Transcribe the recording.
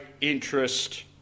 interest